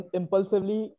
impulsively